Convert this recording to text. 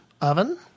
oven